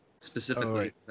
specifically